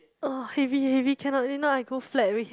oh heavy heavy cannot if not I go flat already